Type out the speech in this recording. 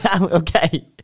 Okay